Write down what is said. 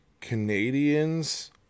Canadians